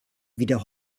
wieder